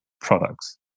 products